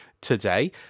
today